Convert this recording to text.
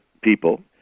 people